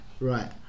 right